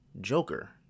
Joker